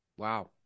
wow